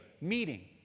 meeting